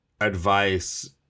advice